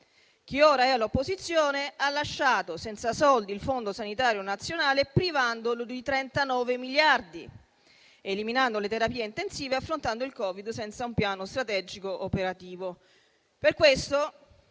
Chi ora è all'opposizione ha lasciato senza soldi il Fondo sanitario nazionale, privandolo di 39 miliardi, eliminando le terapie intensive e affrontando il Covid senza un piano strategico operativo.